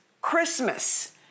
Christmas